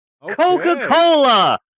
Coca-Cola